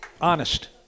Honest